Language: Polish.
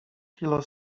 kilo